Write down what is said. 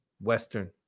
western